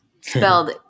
spelled